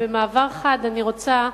ובמעבר חד אני רוצה,